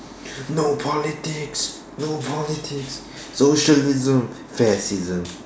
no politics no politics socialism fascism